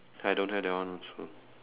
I don't have that one also